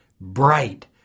bright